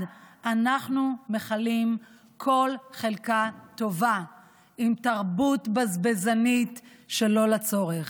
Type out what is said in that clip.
אנחנו מכלים כל חלקה טובה עם תרבות בזבזנית שלא לצורך.